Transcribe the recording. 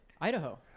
Idaho